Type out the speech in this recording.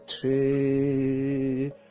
tree